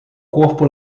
corpo